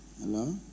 Hello